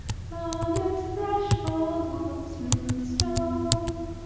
from its threshold of smooth stone.